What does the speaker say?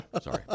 Sorry